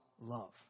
love